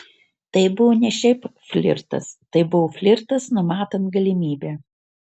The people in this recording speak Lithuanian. tai buvo ne šiaip flirtas tai buvo flirtas numatant galimybę